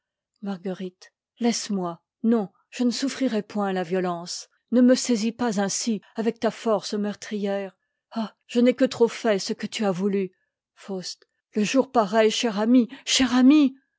toi laisse-moi non je ne souffrirai point la vio tence ne me saisis pas ainsi avec ta force meurtrière ah je n'ai que trop fait ce que tu as voulu le jour paraît chère amie chère amie